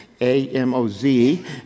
A-M-O-Z